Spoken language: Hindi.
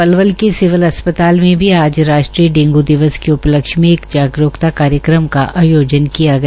पलवल मे सिविल अस्पताल में भी आ राष्ट्रीय डेंग् दिवस के उपलक्ष्य में एक श्रागरूकता कार्यक्रम का आयोश्र न किया गया